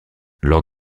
lors